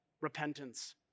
repentance